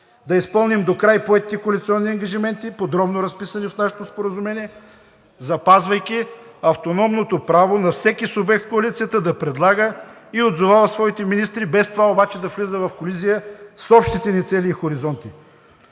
да изпълним докрай поетите коалиционни ангажименти, подробно разписани в нашето споразумение, запазвайки автономното право на всеки субект в коалицията да предлага и отзовава своите министри, без това обаче да влиза в колизия с общите ни цели и хоризонти.